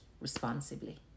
responsibly